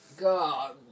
God